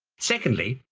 secondly,